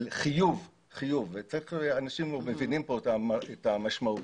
חיוב של 95%. אנשים מבינים פה את המשמעות.